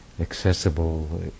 accessible